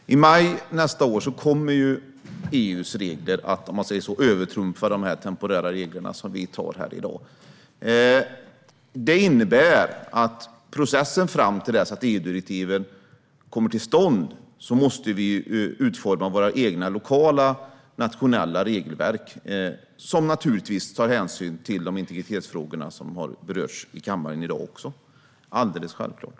Kameraövervaknings-lagen och möjlighet erna att använda drönare Fru talman! I maj nästa år kommer EU:s regler att övertrumfa de temporära regler som vi kommer att besluta om här i dag. Det innebär att fram till dess att EU-direktiven kommer till stånd måste vi utforma våra egna nationella regelverk, som naturligtvis ska ta hänsyn till de integritetsfrågor som har berörts i kammaren i dag - alldeles självklart.